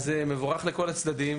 זה מבורך לכל הצדדים,